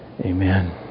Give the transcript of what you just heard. Amen